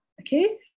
okay